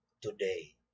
today